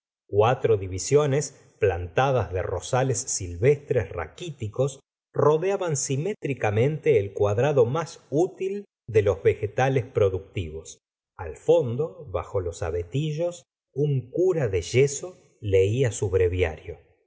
cuatro divisiones plantadas de rosales silvestres raquíticos rodeaban simétricamente el cuadrado más útil de los vegetales productivos al fondo bajo los abetillos un cura de yeso leía su breviario